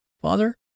father